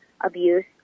abuse